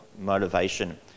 motivation